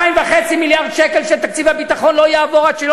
2.5 מיליארד שקל של תקציב הביטחון לא יעברו כל זמן